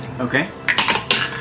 Okay